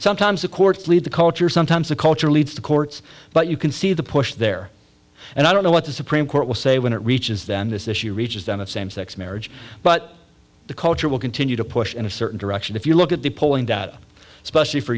sometimes the courts lead the culture sometimes the culture leads to courts but you can see the push there and i don't know what the supreme court will say when it reaches then this issue reaches down to same sex marriage but the culture will continue to push in a certain direction if you look at the polling data especially for